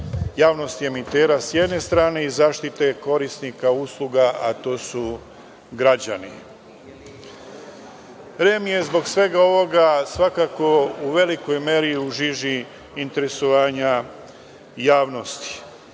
javnosti i emitera sa jedne strane i zaštite korisnika usluga, a to su građani. Zbog svega ovoga REM je svakako u velikoj meri u žiži interesa javnosti.